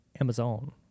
Amazon